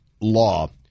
law